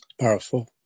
Powerful